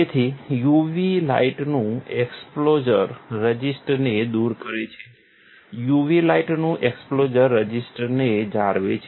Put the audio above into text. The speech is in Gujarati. તેથી UV લાઇટનુ એક્સપોઝર રઝિસ્ટને દુર કરે છે UV લાઇટનુ એક્સપોઝર રઝિસ્ટને જાળવે છે